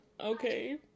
Okay